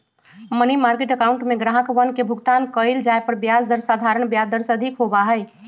money market account में ग्राहकवन के भुगतान कइल जाये पर ब्याज दर साधारण ब्याज दर से अधिक होबा हई